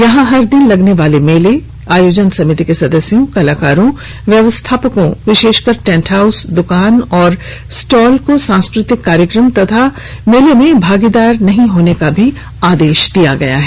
यहां हर दिन लगने वाले मेला आयोजन समिति के सदस्यों कलाकारों व्यवस्थापकों विशेषकर टेंट हाउस दुकान और स्टॉल को सांस्कृतिक कार्यक्रम एवं मेला में भागीदार नहीं होने का आदेश जारी किया गया है